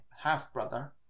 half-brother